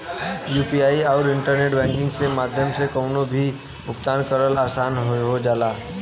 UPI आउर internet banking के माध्यम से कउनो भी भुगतान करना आसान हो जाला